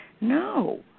No